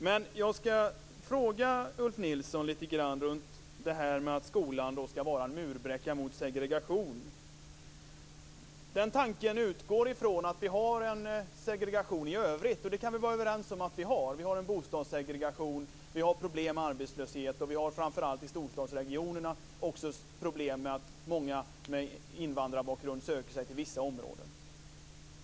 Men jag skall fråga Ulf Nilsson lite grann om detta att skolan skall vara en murbräcka mot segregation. Den tanken utgår från att vi har en segregation i övrigt. Det kan vi vara överens om att vi har. Vi har en bostadssegregation, vi har problem med arbetslöshet och vi har, framför allt i storstadsregionerna, också problem med att många människor med invandrarbakgrund söker sig till vissa områden.